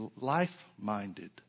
life-minded